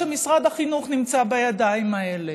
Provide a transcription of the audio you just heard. כשמשרד החינוך נמצא בידיים האלה?